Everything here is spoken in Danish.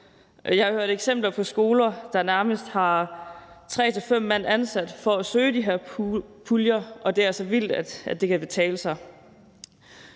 Jeg har hørt eksempler på skoler, der nærmest har tre til fem mand ansat for at søge de her puljer, og det er altså vildt, at det kan betale sig.